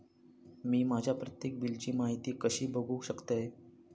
मी माझ्या प्रत्येक बिलची माहिती कशी बघू शकतय?